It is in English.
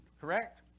Correct